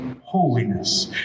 holiness